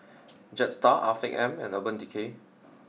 Jetstar Afiq M and Urban Decay